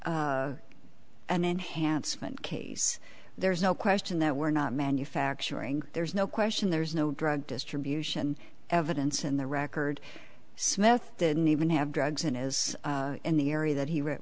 case an enhancement case there's no question that we're not manufacturing there's no question there's no drug distribution evidence in the record smith didn't even have drugs in is in the area that he wrote